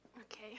okay